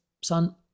Son